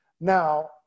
Now